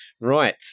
Right